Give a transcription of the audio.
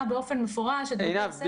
באופן מפורש את בתי הספר --- עינב,